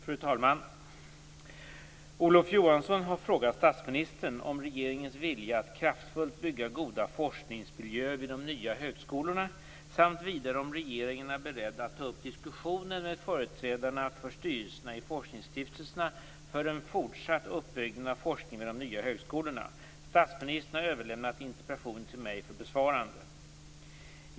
Fru talman! Olof Johansson har frågat statsministern om regeringens vilja att kraftfullt bygga goda forskningsmiljöer vid de nya högskolorna samt vidare om regeringen är beredd att ta upp diskussioner med företrädarna för styrelserna i forskningsstiftelserna för en fortsatt uppbyggnad av forskningen vid de nya högskolorna. Statsministern har överlämnat interpellationen till mig för besvarande.